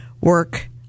work